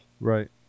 Right